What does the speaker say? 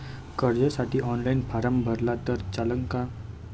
कर्जसाठी online form भरला तर चालन का?